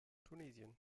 tunesien